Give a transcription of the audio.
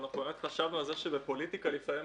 ואנחנו רק חשבנו על זה שבפוליטיקה לפעמים